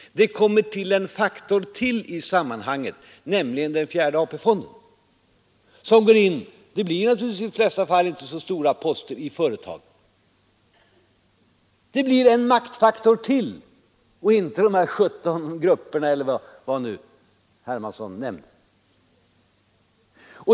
Det tillkommer en faktor till i sammanhanget, nämligen den fjärde AP-fonden, som går in i företagen, om än i de flesta fall inte med så stora poster. Det blir en maktfaktor till och inte bara de 17 grupperna — tror jag det var — som herr Hermansson nämnde.